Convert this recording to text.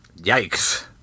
Yikes